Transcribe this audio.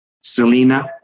Selena